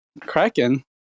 Kraken